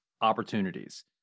opportunities